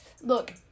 look